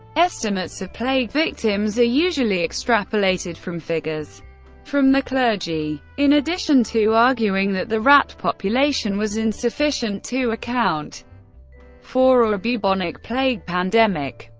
estimates of plague victims are usually extrapolated from figures from the clergy. in addition to arguing that the rat population was insufficient to account for a bubonic plague pandemic,